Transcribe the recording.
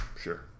Sure